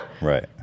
Right